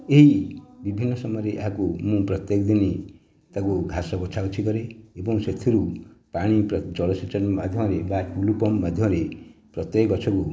ଏହି ବିଭିନ୍ନ ସମୟରେ ମୁଁ ପ୍ରତ୍ୟେକ ଦିନ ମୁଁ ତାକୁ ଘାସ ବଛା ବଛି କରେ ଏବଂ ସେଥିରୁ ପାଣି ଜଳସେଚନ ମାଧ୍ୟମରେ ବା ଟୁଲୁ ପମ୍ପ ମାଧ୍ୟମରେ ପ୍ରତ୍ୟେକ ଗଛକୁ